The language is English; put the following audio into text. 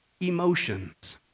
emotions